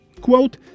Quote